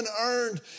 unearned